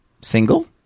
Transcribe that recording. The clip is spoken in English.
single